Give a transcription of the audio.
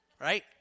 Right